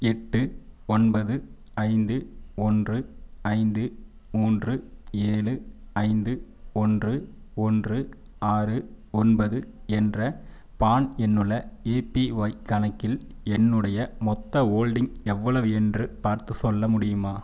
எட்டு ஒன்பது ஐந்து ஒன்று ஐந்து மூன்று ஏழு ஐந்து ஒன்று ஒன்று ஆறு ஒன்பது என்ற பான் எண்ணுள்ள ஏபிஒய் கணக்கில் என்னுடைய மொத்த ஹோல்டிங் எவ்வளவு என்று பார்த்துச் சொல்ல முடியுமா